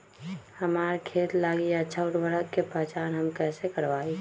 हमार खेत लागी अच्छा उर्वरक के पहचान हम कैसे करवाई?